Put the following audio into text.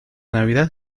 navidad